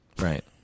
Right